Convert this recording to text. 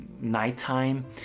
nighttime